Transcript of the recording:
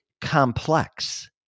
complex